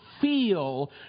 feel